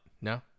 No